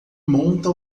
monta